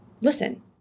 listen